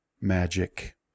magic